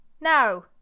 Now